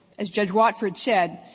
as judge watford said,